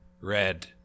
Red